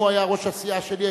אם הוא היה ראש הסיעה שלי,